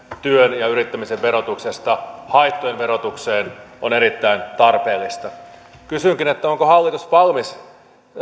työn ja yrittämisen verotuksesta haittojen verotukseen on erittäin tarpeellista kysynkin onko hallitus valmis